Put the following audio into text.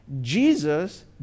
Jesus